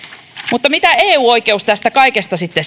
mutta mitä eu oikeus tästä kaikesta sitten